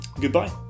Goodbye